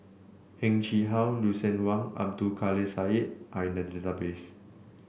Heng Chee How Lucien Wang Abdul Kadir Syed are in the database